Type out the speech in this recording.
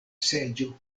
seĝo